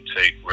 take